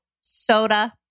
soda